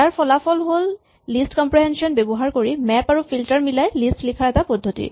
ইয়াৰ ফলাফল হ'ল list comprehension ব্যৱহাৰ কৰি মেপ আৰু ফিল্টাৰ মিলাই লিষ্ট লিখাৰ এটা পদ্ধতি